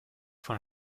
von